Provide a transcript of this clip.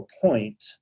point